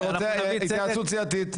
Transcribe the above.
רגע, אני רוצה התייעצות סיעתית.